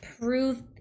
prove